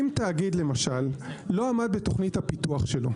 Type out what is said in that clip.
אם תאגיד למשל לא עמד בתוכנית הפיתוח שלו,